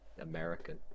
American